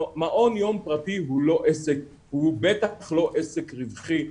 מעון יום פרטי הוא לא עסק, הוא בטח לא עסק רווחי.